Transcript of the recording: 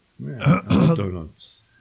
Donuts